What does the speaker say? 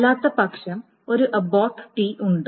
അല്ലാത്തപക്ഷം ഒരു abort T ഉണ്ട്